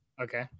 Okay